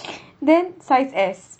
then size S